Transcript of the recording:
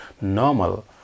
normal